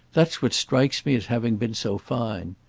that's what strikes me as having been so fine.